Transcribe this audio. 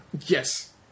Yes